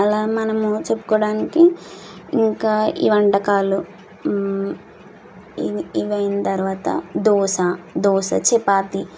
అలా మనము చెప్పుకోవడానికి ఇంకా ఈ వంటకాలు ఇవి ఇవి అయిన తర్వాత దోశ దోశ చపాతీ